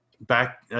back